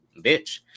bitch